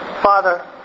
Father